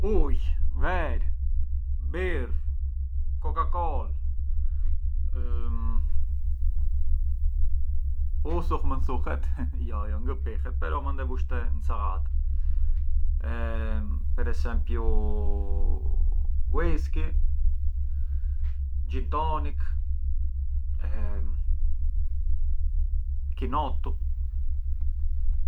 Ujë, verë, birrë, koka-kolë, uthull mënd thuhet? Jo ngë pihet, però mënd e vush te ncallata, per esempiu whyskey, gin tonic, chinottu.